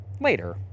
later